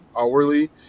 hourly